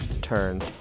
turn